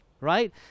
right